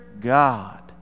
God